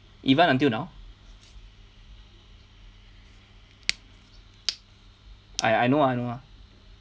even until now I I know I know ah